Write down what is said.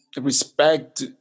respect